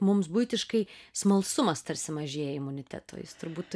mums buitiškai smalsumas tarsi mažėja imuniteto jis turbūt